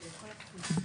אפשר?